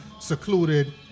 Secluded